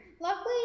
Luckily